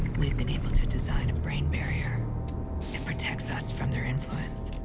we've been able to design a brain barrier that protects us from their influence.